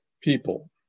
people